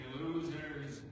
losers